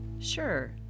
Sure